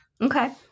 Okay